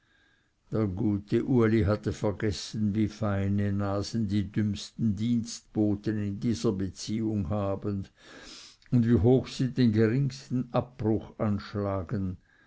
der gute uli hatte vergessen wie feine nasen die dümmsten dienstboten in dieser beziehung haben und wie hoch sie den geringsten abbruch anschlagen